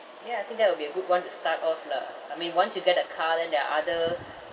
ya I think that will be a good [one] to start off lah I mean once you get a card then there are other